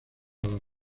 las